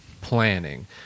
planning